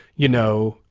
you know,